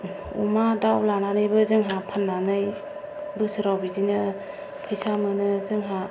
अमा दाव लानानैबो जोंहा फान्नानै बोसोराव बिदिनो फैसा मोनो जोंहा